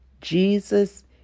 jesus